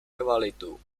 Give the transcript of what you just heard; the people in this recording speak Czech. kvalitu